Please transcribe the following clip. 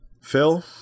Phil